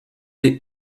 des